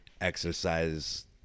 exercise